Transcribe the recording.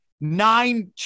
Nine